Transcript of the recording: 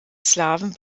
slawen